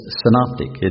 synoptic